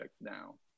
now